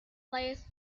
place